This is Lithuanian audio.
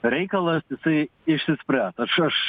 reikalas jisai išsisprę aš